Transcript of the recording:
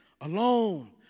alone